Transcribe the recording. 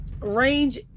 range